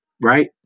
right